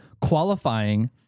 qualifying